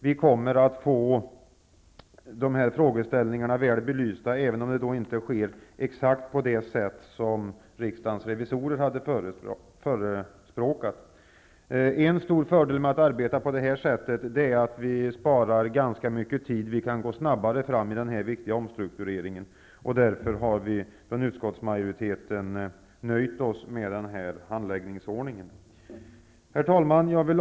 Vi kommer att få frågorna väl belysta, även det inte sker exakt på det vis som riksdagens revisorer har förespråkat. En stor fördel är att vi kommer att spara tid. Vi kan gå snabbare fram med den viktiga omstruktureringen. Därför har vi från utskottsmajoriteten nöjt oss med denna handläggningsordning. Herr talman!